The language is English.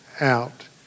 out